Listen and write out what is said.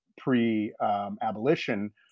pre-abolition